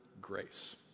grace